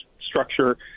structure